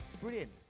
Brilliant